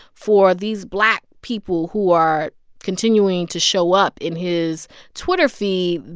for these black people who are continuing to show up in his twitter feed,